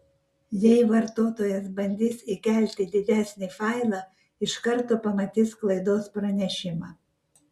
jei vartotojas bandys įkelti didesnį failą iš karto pamatys klaidos pranešimą